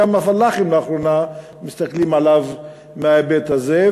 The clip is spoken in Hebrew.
גם הפלאחים לאחרונה מסתכלים עליו בהיבט הזה,